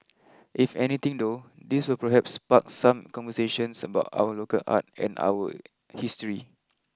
if anything though this will perhaps spark some conversations about our local art and our history